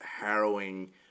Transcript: harrowing